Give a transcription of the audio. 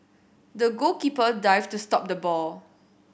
the goalkeeper dived to stop the ball